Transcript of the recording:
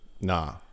nah